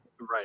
Right